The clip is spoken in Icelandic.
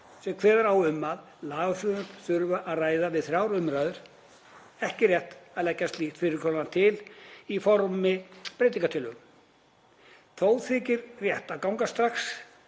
sem kveður á um að lagafrumvörp þurfi að ræða við þrjár umræður, ekki rétt að leggja slíkt fyrirkomulag til í formi breytingartillögu. Þó þykir rétt að ganga strax